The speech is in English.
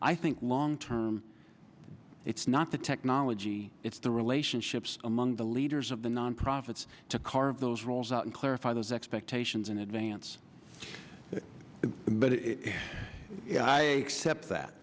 i think long term it's not the technology it's the relationships among the leaders of the nonprofits to carve those roles out and clarify those expectations in advance but it cept that